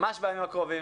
ממש בימים הקרובים